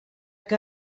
que